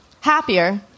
happier